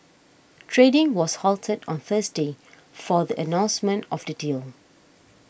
trading was halted on Thursday for the announcement of the deal